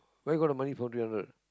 where got the money four three hundred